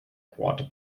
quarter